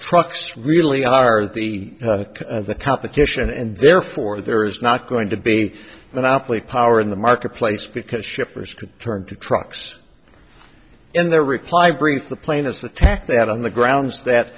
trucks really are the the competition and therefore there is not going to be an applet power in the marketplace because shippers could turn to trucks in their reply brief the plane is the tack that on the grounds that